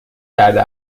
کرده